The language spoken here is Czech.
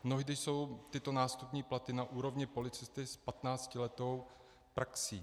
Mnohdy jsou tyto nástupní platy na úrovni policisty s patnáctiletou praxí.